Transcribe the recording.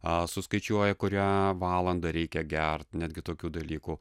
a suskaičiuoja kurią valandą reikia gert netgi tokių dalykų